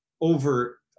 over